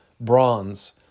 bronze